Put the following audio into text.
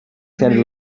sounded